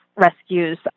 rescues